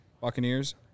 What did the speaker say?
Buccaneers